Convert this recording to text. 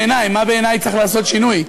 במה בעיני צריך לעשות שינוי.